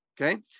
okay